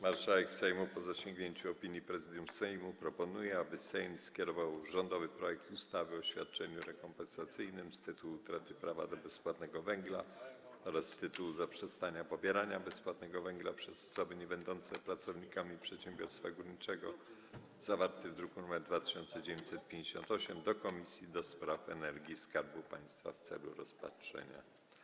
Marszałek Sejmu, po zasięgnięciu opinii Prezydium Sejmu, proponuje, aby Sejm skierował rządowy projekt ustawy o świadczeniu rekompensacyjnym z tytułu utraty prawa do bezpłatnego węgla oraz z tytułu zaprzestania pobierania bezpłatnego węgla przez osoby niebędące pracownikami przedsiębiorstwa górniczego, zawarty w druku nr 2958, do Komisji do Spraw Energii i Skarbu Państwa w celu rozpatrzenia.